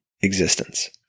existence